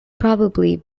probably